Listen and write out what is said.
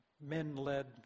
Men-led